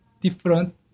different